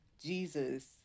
Jesus